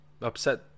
upset